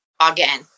again